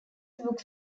books